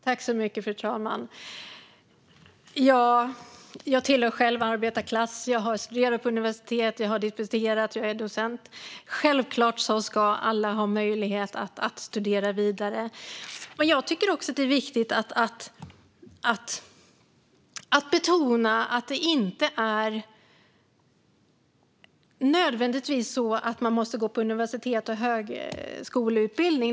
Fru talman! Jag kommer själv från arbetarklass. Jag har studerat på universitet, har disputerat och är docent. Självklart ska alla ha möjlighet att studera vidare. Jag tycker också att det är viktigt att betona att man inte nödvändigtvis måste gå på universitet och högskola.